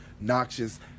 noxious